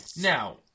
Now